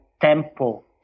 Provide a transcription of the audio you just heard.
tempo